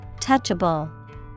Touchable